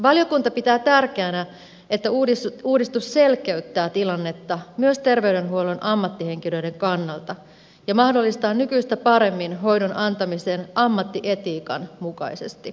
valiokunta pitää tärkeänä että uudistus selkeyttää tilannetta myös terveydenhuollon ammattihenkilöiden kannalta ja mahdollistaa nykyistä paremmin hoidon antamisen ammattietiikan mukaisesti